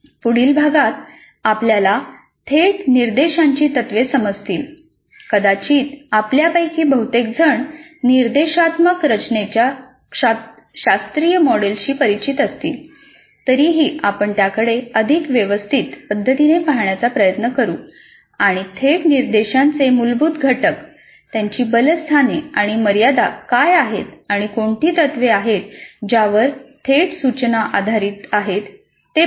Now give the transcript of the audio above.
पुढील भागात आपल्याला थेट निर्देशांची तत्त्वे समजतील कदाचित आपल्यापैकी बहुतेकजण निर्देशात्मक रचनेच्या शास्त्रीय मॉडेलशी परिचित असतील तरीही आपण त्याकडे अधिक व्यवस्थित पद्धतीने पाहण्याचा प्रयत्न करू आणि थेट निर्देशांचे मूलभूत घटक त्यांची बलस्थाने आणि मर्यादा काय आहेत आणि कोणती तत्त्वे आहेत ज्यावर थेट सूचना आधारित आहेत ते पाहू